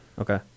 Okay